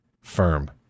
firm